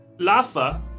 Lafa